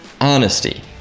honesty